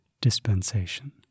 dispensation